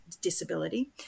disability